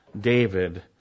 David